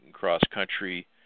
cross-country